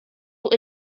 fuq